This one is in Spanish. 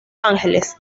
ángeles